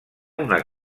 una